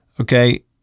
okay